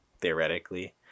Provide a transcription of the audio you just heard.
theoretically